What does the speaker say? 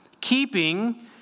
Keeping